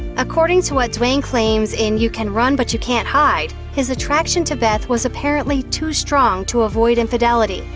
according to what duane claims in you can run but you can't hide, his attraction to beth was apparently too strong to avoid infidelity.